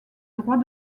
droit